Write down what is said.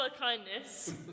Kindness